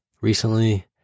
recently